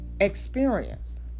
experience